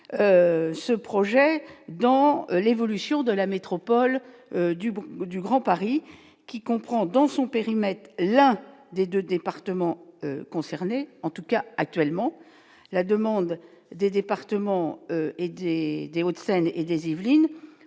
ce projet dans l'évolution de la métropole du du Grand Paris qui comprend dans son périmètre l'un des 2 départements concernés, en tout cas actuellement la demande des départements et des Hauts-de-Seine et des Yvelines,